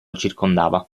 circondava